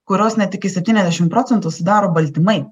kurios net iki septyniasdešim procentų sudaro baltymai